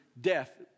death